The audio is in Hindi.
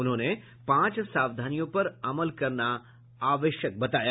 उन्होंने पांच सावधानियों पर अमल करना आवश्यक बताया